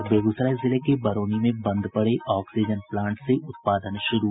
और बेगूसराय जिले के बरौनी में बंद पड़े ऑक्सीजन प्लांट से उत्पादन शुरू